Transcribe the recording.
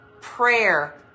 Prayer